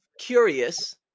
curious